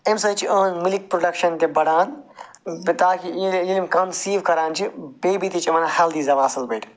اَمہِ سۭتۍ چھِ یِہٕنٛز مِلک پرٛوڈَکشَن تہِ بَڑان تاکہِ ییٚلہِ ییٚلہِ یِم کَنسیٖو کَران چھِ بیبی تہِ چھِ یِمَن ہٮ۪لدی زٮ۪وان اصٕل پٲٹھۍ